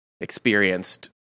experienced